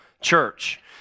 church